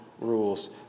rules